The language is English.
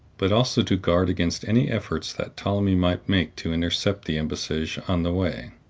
but also to guard against any efforts that ptolemy might make to intercept the embassage on the way,